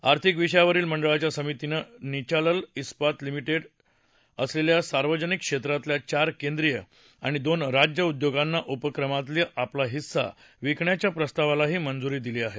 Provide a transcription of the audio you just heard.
आर्थिक विषयावरील मंडळाच्या समितीनं निलाचल स्पात निगम लिमिटेडमधे असलेल्या सार्वजनिक क्षेत्रातल्या चार केंद्रीय आणि दोन राज्य उद्योगांना उपक्रमातील आपला हिस्सा विकण्याच्या प्रस्तावालाही मंजूरी दिली आहे